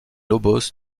lobos